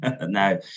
No